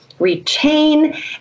retain